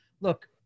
Look